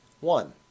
One